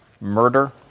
Murder